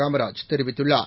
காமராஜ் தெரிவித்துள்ளார்